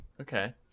Okay